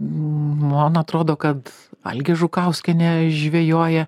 man atrodo kad algė žukauskienė žvejoja